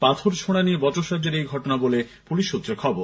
পাথর ছোঁড়া নিয়ে বচসার জেরে এই ঘটনা বলে পুলিশ সুত্রে খবর